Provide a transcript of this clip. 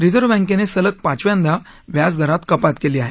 reserve बँकेनं सलग पाचव्यांदा व्याजदरात कपात केली आहे